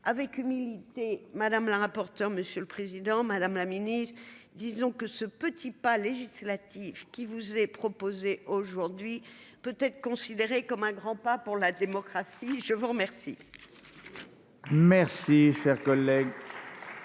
avec humilité. Madame la rapporteur Monsieur le Président Madame la Ministre disons que ce petit pas législative qui vous est proposé aujourd'hui peut être considéré comme un grand pas pour la démocratie. Je vous remercie. Merci cher collègue.